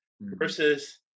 versus